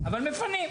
אבל מפנים.